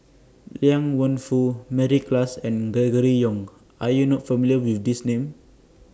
Liang Wenfu Mary Klass and Gregory Yong Are YOU not familiar with These Names